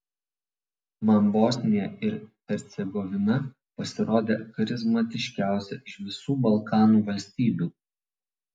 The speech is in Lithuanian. man bosnija ir hercegovina pasirodė charizmatiškiausia iš visų balkanų valstybių